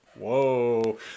Whoa